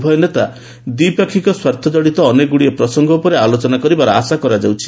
ଉଭୟ ନେତା ଦ୍ୱିପକ୍ଷୀୟ ସ୍ୱାର୍ଥଜଡିତ ଅନେକଗୁଡ଼ିଏ ପ୍ରସଙ୍ଗ ଉପରେ ଆଲୋଚନା କରିବାର ଆଶା କରାଯାଉଛି